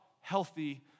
healthy